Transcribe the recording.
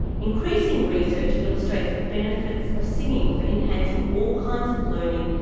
increasing research illustrates the benefits of singing for enhancing all kinds of learning,